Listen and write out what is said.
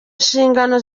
nshingano